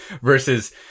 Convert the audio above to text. versus